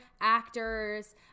actors